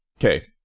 okay